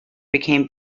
became